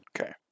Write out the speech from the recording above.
Okay